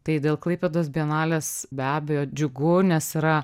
tai dėl klaipėdos bienalės be abejo džiugu nes yra